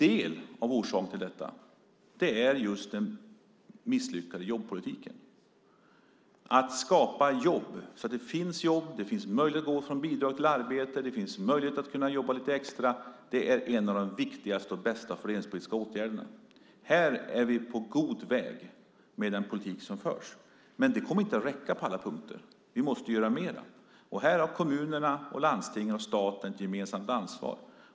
En av orsakerna till det är den misslyckade jobbpolitiken. Att skapa jobb så att människor får möjlighet att gå från bidrag till arbete, och även får möjlighet att jobba lite extra, är en av de viktigaste och bästa fördelningspolitiska åtgärderna. Med den politik som förs är vi på god väg mot detta, men det kommer inte att räcka på alla punkter. Vi måste göra mer. Här har kommunerna, landstingen och staten ett gemensamt ansvar.